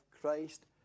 Christ